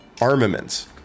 armaments